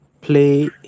play